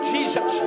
Jesus